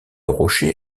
rocher